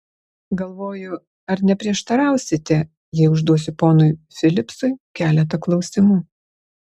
galvoju ar neprieštarausite jei užduosiu ponui filipsui keletą klausimų